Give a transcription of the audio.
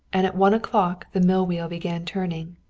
and at one o'clock the mill wheel began turning.